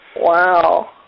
Wow